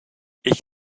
ich